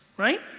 right?